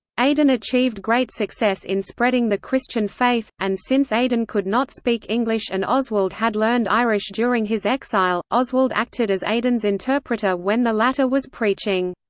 aidan achieved great success in spreading the christian faith, and since aidan could not speak english and oswald had learned irish during his exile, oswald acted as aidan's interpreter when the latter was preaching.